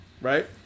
Right